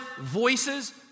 voices